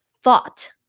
thought